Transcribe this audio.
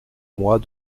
mois